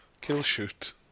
Kill-shoot